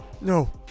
no